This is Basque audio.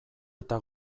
eta